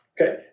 Okay